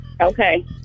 Okay